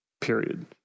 period